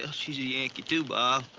ah she's a yankee, too, bob.